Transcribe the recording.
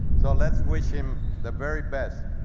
so let's wish him the very best.